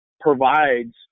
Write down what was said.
provides